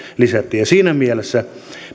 lisättiin siinä mielessä